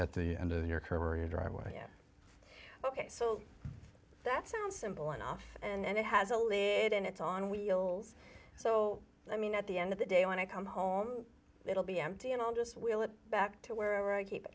at the end of your career driveway ok so that sounds simple enough and it has a lead and it's on wheels so i mean at the end of the day when i come home it'll be empty and i'll just wheel it back to where i keep